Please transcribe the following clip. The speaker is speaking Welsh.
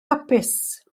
hapus